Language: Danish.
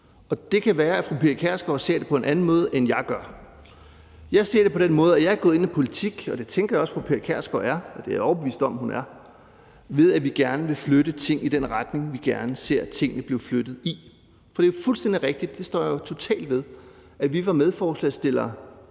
man tænker politik, og det kan være, at fru Pia Kjærsgaard ser det på en anden måde, end jeg gør. Jeg ser det på den måde, at jeg er gået ind i politik – og det tænker jeg også fru Pia Kjærsgaard er, ja, det er jeg overbevist om at hun er – fordi jeg gerne vil flytte ting i den retning, jeg gerne ser tingene blive flyttet i. For det er fuldstændig rigtigt, og det står jeg totalt ved, at vi var medforslagsstillere